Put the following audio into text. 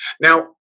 Now